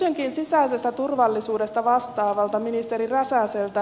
kysynkin sisäisestä turvallisuudesta vastaavalta ministeri räsäseltä